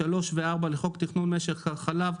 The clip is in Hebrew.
(3) ו-(4) לחוק תכנון משק החלב,